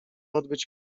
odbyć